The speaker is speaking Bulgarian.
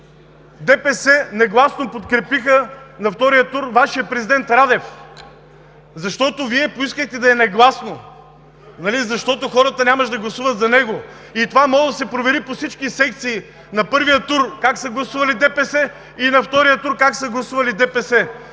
ДПС негласно подкрепиха на втория тур Вашия президент Радев. Вие поискахте да е негласно, защото хората нямаше да гласуват за него и може да се провери по всички секции – на първия тур как са гласували ДПС и на втория тур как са гласували ДПС.